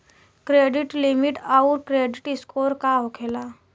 Credit limit आउर credit score का होखेला?